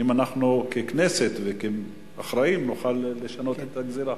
אם אנחנו, ככנסת וכאחראים, נוכל לשנות את הגזירה.